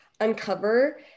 uncover